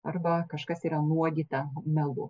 arba kažkas yra nuodyta melu